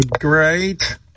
great